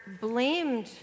blamed